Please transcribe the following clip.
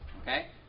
okay